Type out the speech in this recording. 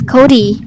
Cody